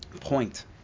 point